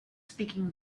speaking